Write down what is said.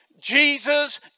Jesus